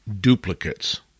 Duplicates